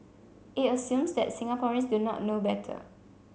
it assumes that Singaporeans do not know better